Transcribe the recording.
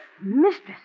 Mistress